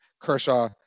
Kershaw